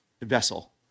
vessel